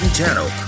channel